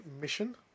Mission